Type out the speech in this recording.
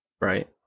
right